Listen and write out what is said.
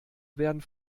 werden